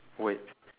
wait